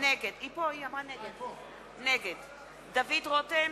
נגד דוד רותם,